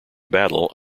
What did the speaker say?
battle